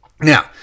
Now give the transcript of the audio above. Now